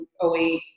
08